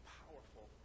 powerful